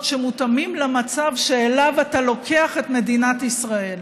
שמותאמים למצב שאליו אתה לוקח את מדינת ישראל.